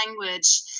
language